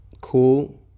Cool